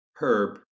Herb